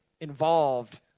involved